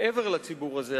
מעבר לציבור הזה,